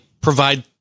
provide